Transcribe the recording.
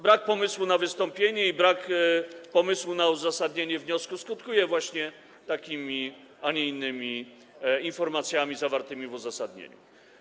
Brak pomysłu na wystąpienie i brak pomysłu na uzasadnienie wniosku skutkuje właśnie takimi, a nie innymi informacjami zawartymi w uzasadnieniu.